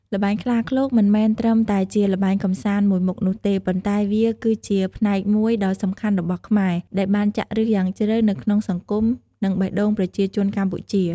ល្បែងខ្លាឃ្លោក មិនមែនត្រឹមតែជាល្បែងកម្សាន្តមួយមុខនោះទេ ប៉ុន្តែវាគឺជា ផ្នែកមួយដ៏សំខាន់របស់ខ្មែរ ដែលបានចាក់ឫសយ៉ាងជ្រៅនៅក្នុងសង្គម និងបេះដូងប្រជាជនកម្ពុជា។